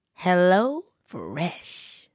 HelloFresh